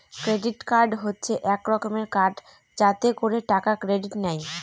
credit card হচ্ছে এক রকমের কার্ড যাতে করে টাকা ক্রেডিট নেয়